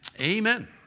amen